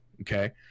okay